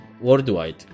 worldwide